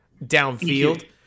downfield